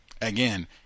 again